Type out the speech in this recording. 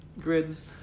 grids